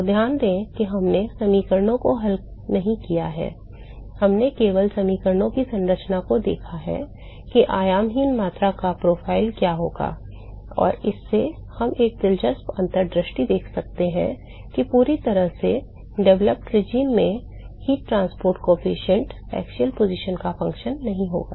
तो ध्यान दें कि हमने समीकरणों को हल नहीं किया है हमने केवल समीकरणों की संरचना को देखा है कि आयामहीन मात्रा का प्रोफाइल क्या होगा और इससे हम एक दिलचस्प अंतर्दृष्टि देख सकते हैं कि पूरी तरह से विकसित शासन में ऊष्मा परिवहन गुणांक अक्षीय स्थिति का फ़ंक्शन नहीं होगा